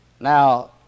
Now